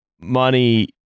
money